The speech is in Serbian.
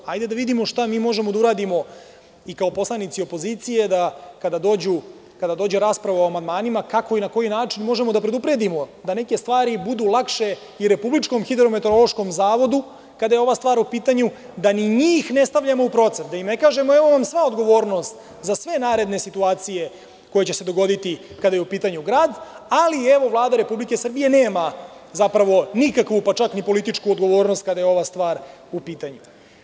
Hajde da vidimo šta mi možemo da uradimo i kao poslanici opozicije da kada dođe rasprava o amandmanima kako i na koji način možemo da predupredimo da neke stvari budu lakše i Republičkom hidrometeorološkom zavodu kada je ova stvar u pitanju, da ni njih ne stavljamo u procep, da im ne kažemo – evo vam sva odgovornost za sve naredne situacije koje će se dogoditi kada je u pitanju grad, ali Vlada Republike Srbije nema zapravo nikakvu, pa čak ni političku odgovornost kada je ova stvar u pitanju.